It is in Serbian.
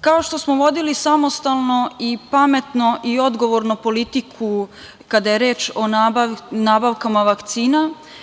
Kao što smo vodili samostalno i pametno i odgovorno politiku kada je reč o nabavkama vakcina,